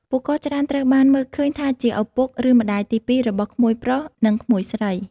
ពួកគាត់ច្រើនត្រូវបានមើលឃើញថាជាឪពុក ឬម្តាយទីពីររបស់ក្មួយប្រុស និងក្មួយស្រី។